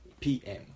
PM